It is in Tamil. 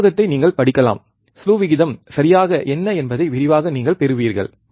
இந்தப் புத்தகத்தை நீங்கள் படிக்கலாம் ஸ்லூ விகிதம் சரியாக என்ன என்பதை விரிவாகப் நீங்கள் பெறுவீர்கள்